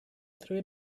threw